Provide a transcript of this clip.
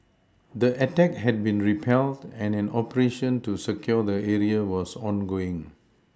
the attack had been repelled and an operation to secure the area was ongoing